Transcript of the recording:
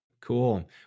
Cool